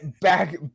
back